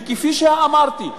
כפי שאמרתי,